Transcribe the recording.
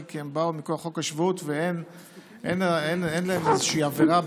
עדיין אנחנו לא יודעים מה הרקע למה שהוא עשה.